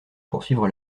poursuivre